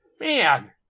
Man